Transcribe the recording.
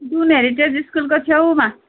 दुन हेरिटेज स्कुलको छेउमा